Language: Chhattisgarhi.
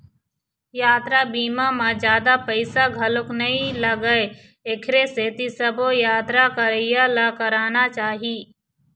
यातरा बीमा म जादा पइसा घलोक नइ लागय एखरे सेती सबो यातरा करइया ल कराना चाही